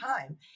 time